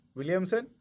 Williamson